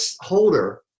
holder